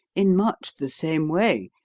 in much the same way,